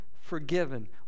forgiven